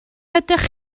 ydych